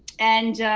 and